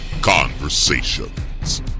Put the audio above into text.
Conversations